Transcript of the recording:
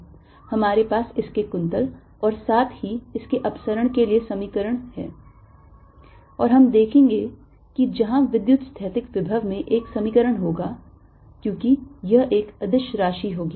हमारे पास इसके कुंतल और साथ ही इसके अपसरण के लिए समीकरण हैं और हम देखेंगे कि जहां विद्युतस्थैतिक विभव में एक समीकरण होगा क्योंकि यह एक अदिश राशि होगी